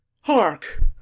Hark